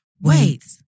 Wait